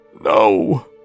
No